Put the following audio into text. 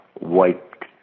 wiped